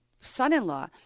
son-in-law